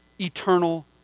eternal